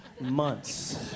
months